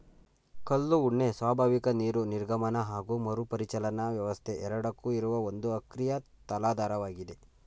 ಕಲ್ಲು ಉಣ್ಣೆ ಸ್ವಾಭಾವಿಕ ನೀರು ನಿರ್ಗಮನ ಹಾಗು ಮರುಪರಿಚಲನಾ ವ್ಯವಸ್ಥೆ ಎರಡಕ್ಕೂ ಇರುವ ಒಂದು ಅಕ್ರಿಯ ತಲಾಧಾರವಾಗಿದೆ